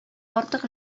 артык